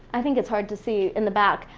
i think it's hard to see in the back.